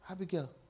Abigail